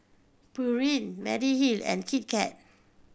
Pureen Mediheal and Kit Kat